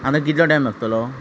आनी कितलो टायम लागतलो